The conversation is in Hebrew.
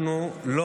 אנחנו לא